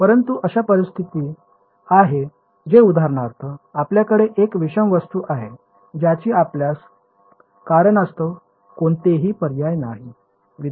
परंतु अशा परिस्थिती आहेत जेव्हा उदाहरणार्थ आपल्याकडे एक विषम वस्तु आहे ज्याची आपल्यास कारणास्तव कोणतेही पर्याय नाही